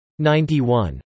91